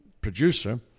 producer